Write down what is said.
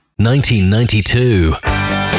1992